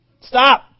Stop